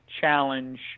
challenge